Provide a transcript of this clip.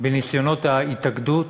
בניסיונות ההתאגדות